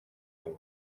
him